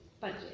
budget